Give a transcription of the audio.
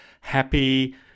happy